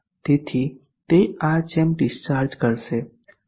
તેથી તે આ જેમ ડીસ્ચાર્જ કરશે